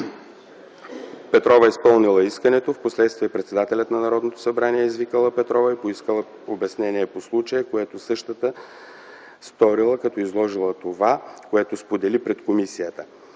Петрова изпълнила искането. Впоследствие председателят на Народното събрание извикала Петрова и поискала писмено обяснение по случая, което същата сторила, като изложила това, което сподели пред комисията.